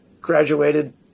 graduated